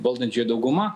valdančiąja dauguma